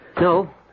No